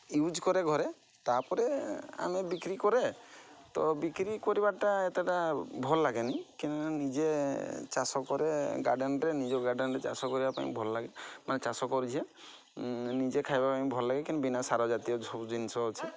use କରେ ଘରେ ତା'ପରେ ଆମେ ବିକ୍ରି କରେ ତ ବିକ୍ରି କରିବାଟା ଏତେଟା ଭଲ ଲାଗେନି କିନ୍ତୁ ନିଜେ ଚାଷ କରେ ଗାର୍ଡ଼େନ୍ରେ ନିଜ ଗାର୍ଡ଼େନ୍ରେ ଚାଷ କରିବା ପାଇଁ ଭଲ ଲାଗେ ମାନେ ଚାଷ କରୁଛେ ନିଜେ ଖାଇବା ପାଇଁ ଭଲ ଲାଗେ କିନ୍ତୁ ବିନା ସାର ଜାତୀୟ ସବୁ ଜିନିଷ ଅଛି